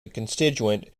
constituent